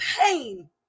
pain